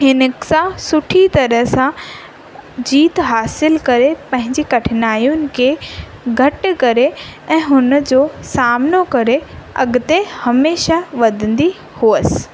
हिन सां सुठी तरह सां जीत हासिलु करे पंहिंजी कठिनायुनि खे घटि करे ऐं हुन जो सामनो करे अॻिते हमेशा वधंदी हुअसि